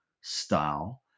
style